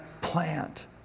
plant